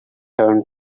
turn